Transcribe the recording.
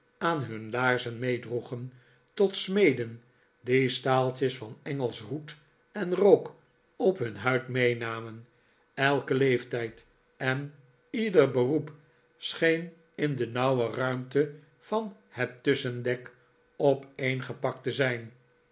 aan hun laarzen meedroegen tot smeden die staaltjes van engelsch roet en rook op hun huid meenamen elke leeftijd en ieder beroep scheen in de nauwe ruimte van het tusschendek opeengepakt te zijn